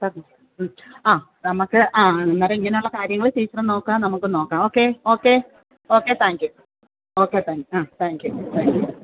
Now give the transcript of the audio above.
പറഞ്ഞോളൂ ആ നമുക്ക് ആ അന്നേരം ഇങ്ങനുള്ള കാര്യങ്ങൾ ടീച്ചറുന്നോക്കാം നമുക്കും നോക്കാം okay okay okay thank you okay thank you ആ താങ്ക് യൂ താങ്ക് യൂ